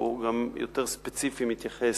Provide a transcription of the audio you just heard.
הוא גם יותר ספציפי, מתייחס